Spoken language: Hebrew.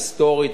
היסטורית,